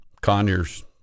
Conyers